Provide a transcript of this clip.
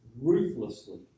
ruthlessly